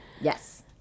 Yes